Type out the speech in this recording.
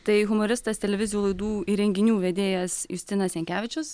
tai humoristas televizijų laidų ir renginių vedėjas justinas jankevičius